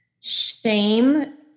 Shame